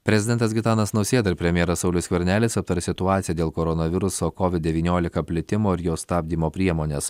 prezidentas gitanas nausėda ir premjeras saulius skvernelis aptars situaciją dėl koronaviruso covid devyniolika plitimo ir jo stabdymo priemones